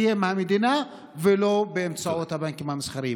תהיה מהמדינה ולא באמצעות הבנקים המסחריים.